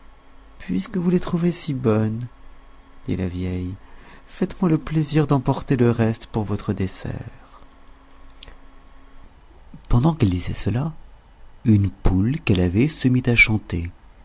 puisque vous les trouvez si bonnes dit la vieille faites-moi le plaisir d'emporter le reste pour votre dessert pendant qu'elle disait cela une poule qu'elle avait se mit à chanter